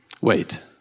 Wait